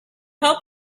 help